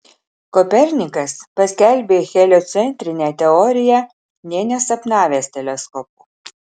kopernikas paskelbė heliocentrinę teoriją nė nesapnavęs teleskopo